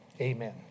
Amen